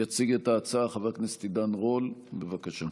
יציג את ההצעה חבר הכנסת עידן רול, בבקשה.